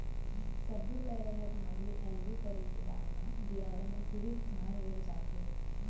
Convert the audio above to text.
सब्बो पैरा ल धान ले अलगे करे के बाद म बियारा म सिरिफ धान रहि जाथे